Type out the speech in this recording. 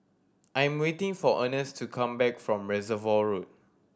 I'm waiting for Ernest to come back from Reservoir Road